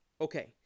Okay